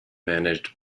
managed